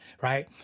right